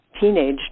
teenage